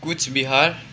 Cooch Behar